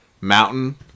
Mountain